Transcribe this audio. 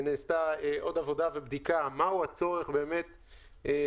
נעשתה עוד עבודה ובדיקה מה הוא הצורך היסודי,